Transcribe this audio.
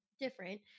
different